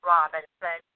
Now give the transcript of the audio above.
Robinson